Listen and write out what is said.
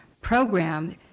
program